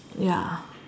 ya